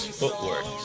footwork